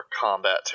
combat